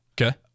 okay